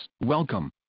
Welcome